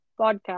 podcast